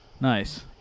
Nice